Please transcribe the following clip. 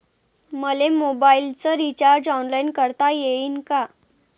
मले मोबाईलच recharge online करता येईन का?